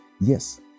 Yes